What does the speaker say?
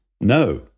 No